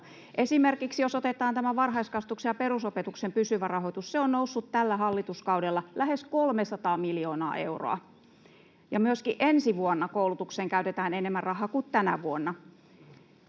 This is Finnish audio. Esimerkiksi jos otetaan tämä varhaiskasvatuksen ja perusopetuksen pysyvä rahoitus, se on noussut tällä hallituskaudella lähes 300 miljoonaa euroa. Myöskin ensi vuonna koulutukseen käytetään enemmän rahaa kuin tänä vuonna.